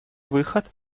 выход